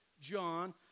John